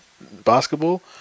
basketball